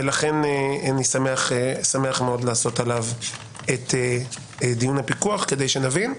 ולכן אני שמח מאוד לעשות עליו את דיון הפיקוח כדי שנבין.